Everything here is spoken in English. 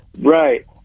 Right